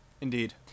Indeed